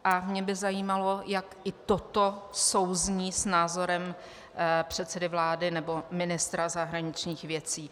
A mně by zajímalo, jak i toto souzní s názorem předsedy vlády nebo ministra zahraničních věcí.